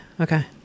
okay